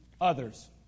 Others